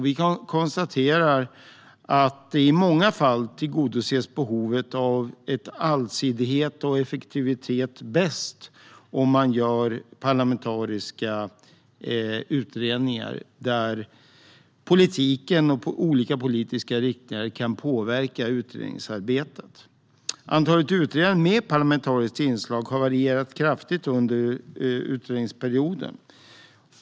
Vi konstaterar att i många fall tillgodoses behovet av allsidighet och effektivitet bäst om man gör parlamentariska utredningar där politiken och olika politiska riktningar kan påverka utredningsarbetet. Antalet utredningar med parlamentariskt inslag har varierat kraftigt under utredningsperioden.